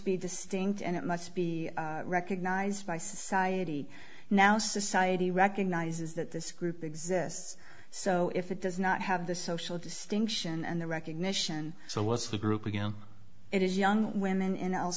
be distinct and it must be recognized by society now society recognizes that this group exists so if it does not have the social distinction and the recognition so what's the group again it is young women